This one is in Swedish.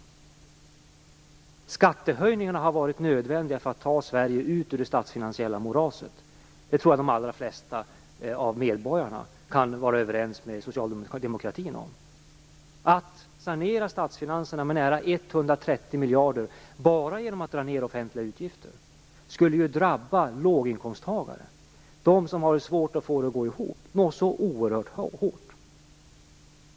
Skattehöjningarna har varit nödvändiga för att ta Sverige ut ur det statsfinansiella moraset. Det tror jag att de allra flesta av medborgarna kan vara överens med socialdemokratin om. Att sanera statsfinanserna med nästan 130 miljarder kronor bara genom att dra ned offentliga utgifter skulle ju drabba låginkomsttagarna, de som har svårt att få det att gå ihop, oerhört hårt.